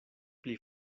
pli